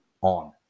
on